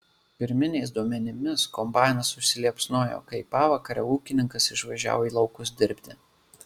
pirminiais duomenimis kombainas užsiliepsnojo kai pavakarę ūkininkas išvažiavo į laukus dirbti